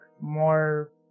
more